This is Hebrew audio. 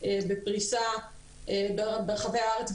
בפרישה ברחבי הארץ,